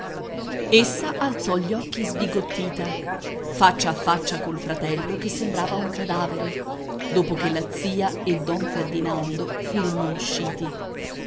essa alzò gli occhi sbigottita faccia a faccia col fratello che sembrava un cadavere dopo che la zia e don ferdinando furono usciti